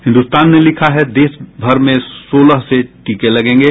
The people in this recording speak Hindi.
हिन्दुस्तान ने लिखा है देशभर में सोलह से टीके लगेंगे